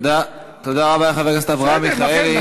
תודה לחבר הכנסת אברהם מיכאלי.